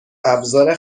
ابزار